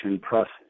process